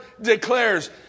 declares